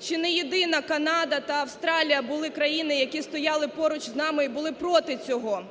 чи не єдина Канада та Австралія були країни, які стояли поруч з нами і були проти цього.